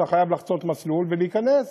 כי אתה חייב לחצות מסלול ולהיכנס.